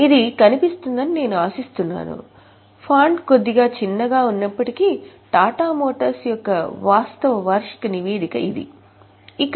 ఇది కనిపిస్తుందని నేను ఆశిస్తున్నాను ఫాంట్ కొద్దిగా చిన్నది అయినప్పటికీ టాటా మోటార్స్ వార్షిక నివేదికలో ఇది వాస్తవంగా ఇలాగే ఉన్నది